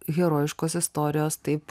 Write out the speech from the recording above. herojiškos istorijos taip